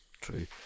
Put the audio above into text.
true